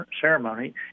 ceremony